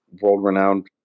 world-renowned